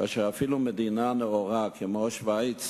כך שאפילו מדינה נאורה כמו שווייץ